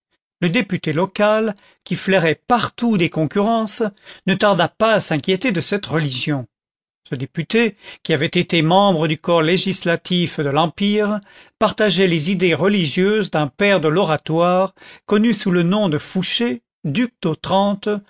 le député local qui flairait partout des concurrences ne tarda pas à s'inquiéter de cette religion ce député qui avait été membre du corps législatif de l'empire partageait les idées religieuses d'un père de l'oratoire connu sous le nom de fouché duc